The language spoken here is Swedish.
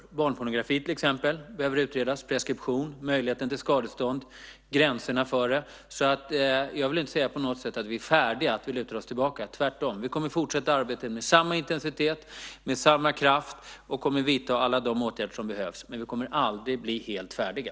Till exempel behöver frågan om barnpornografi utredas liksom preskription, möjligheten till skadestånd och gränserna för dessa. Jag vill inte på något sätt säga att vi är färdiga, att vi lutar oss tillbaka - tvärtom. Vi kommer att fortsätta arbetet med samma intensitet och med samma kraft och kommer att vidta alla de åtgärder som behövs, men vi kommer aldrig att bli helt färdiga.